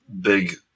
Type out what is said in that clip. big